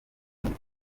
muri